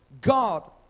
God